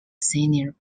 senior